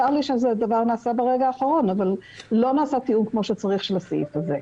צר לי שזה נעשה ברגע האחרון אבל לא נעשה תיאום כפי שצריך של התקנה הזאת.